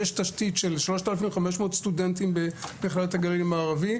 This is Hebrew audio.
יש תשתית של 3,500 סטודנטים במכללת הגליל המערבי,